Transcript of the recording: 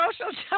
social